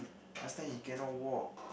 last time he cannot walk